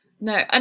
No